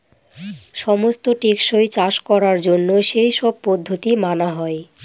সমস্ত টেকসই চাষ করার জন্য সেই সব পদ্ধতি মানা হয়